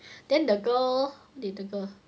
then the girl what did the girl